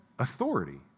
authority